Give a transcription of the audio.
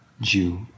Jew